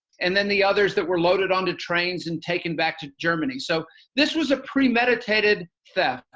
and then the others that were loaded onto trains and taken back to germany. so this was a premeditated theft,